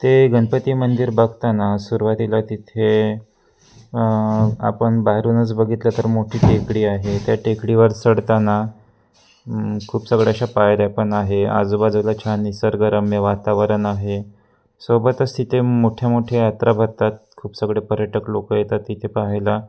ते गणपती मंदिर बघताना सुरुवातीला तिथे आपण बाहेरूनच बघितलं तर मोठी टेकडी आहे त्या टेकडीवर चढताना खूप सगळ्या अशा पायऱ्या पण आहे आजूबाजूला छान निसर्गरम्य वातावरण आहे सोबतच तिथे मोठ्यामोठ्या यात्रा भरतात खूप सगळे पर्यटक लोक येतात तिथे पाहायला